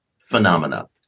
phenomena